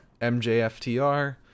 MJFTR